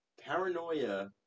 paranoia